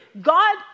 God